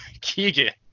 Keegan